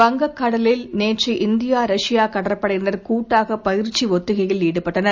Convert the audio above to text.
வங்கக் கடலில் நேற்று இந்தியா ரஷ்யா கடற்படையினர் கூட்டாக பயிற்சி ஒத்திகையில் ஈடுபட்டனர்